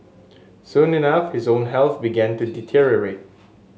soon enough his own health began to deteriorate